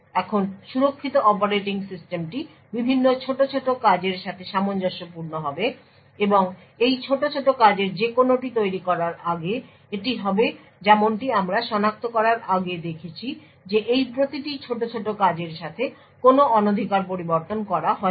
এখন সুরক্ষিত অপারেটিং সিস্টেমটি বিভিন্ন ছোট ছোট কাজের সাথে সামঞ্জস্যপূর্ণ হবে এবং এই ছোট ছোট কাজের যেকোনটি তৈরি করার আগে এটি হবে যেমনটি আমরা শনাক্ত করার আগে দেখেছি যে এই প্রতিটি ছোট ছোট কাজের সাথে কোনও অনধিকার পরিবর্তন করা হয়নি